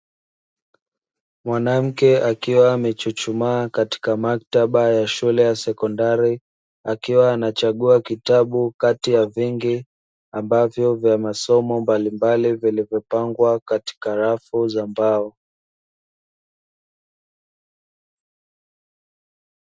Mwanamke akiwa amechuchumaa katika maktaba ya shule ya sekondari, akiwa anachagua kitabu kati ya vingi ambavyo vya masomo mbalimbali vilivyopangwa katika rafu za mbao.